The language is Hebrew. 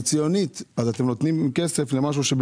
תוכנית 0457/03,